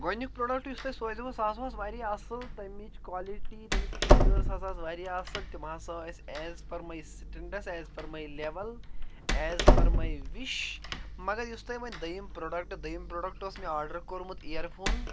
گۄڈنیُک پروڈکٹ یُس تۄہہِ سوٗزیووٕ سُہ ہَسا اوس واریاہ اَصٕل تمِچ کالٹی تمِکۍ فیٖچٲرٕس ہسا ٲسۍ واریاہ اَصٕل تِم ہَسا ٲسۍ as per my status as per my level as per my wish مگر یُس تۄہہِ ونۍ دٔیِم پروڈَکٹ دٔیِم پروڈَکٹ اوس مےٚ آرڈَر کوٚرمُت اِیَر فون